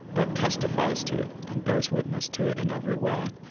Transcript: but testifies to it and bears witness to it in every way.